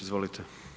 Izvolite.